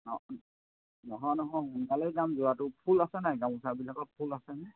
অঁ নহয় নহয় সোনকালে যাম যোৱাটো ফুল আছে নাই গামোচাবিলাকত ফুল আছেনে